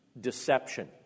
deception